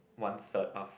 one third of